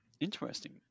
interesting